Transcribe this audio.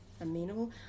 amenable